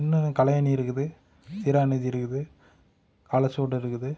இன்னும் கலையாணி இருக்குது சீராநதி இருக்குது காலசுவடு இருக்குது